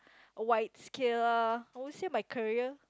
wide scale I would say my career